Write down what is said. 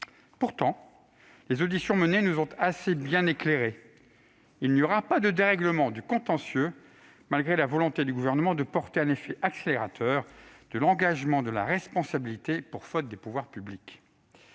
Pourtant, les auditions menées nous ont assez bien éclairés : il n'y aura pas de dérèglement du contentieux, malgré la volonté du Gouvernement de porter un effet accélérateur de l'engagement de la responsabilité pour faute des pouvoirs publics.